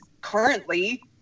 currently